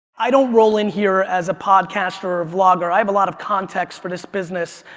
i don't roll in here as a podcaster or a vlogger, i have a lot of context for this business.